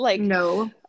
no